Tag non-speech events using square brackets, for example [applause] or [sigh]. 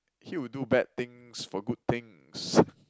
he will do bad things for good things [breath]